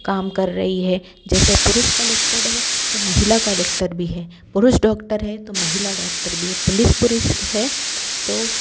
काम कर रही है जैसे पुरुष कलेक्टर है तो महिला कलेक्टर भी है पुरुष डॉक्टर है तो महिला डॉक्टर भी पुलिस पुरुष है तो